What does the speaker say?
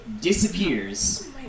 disappears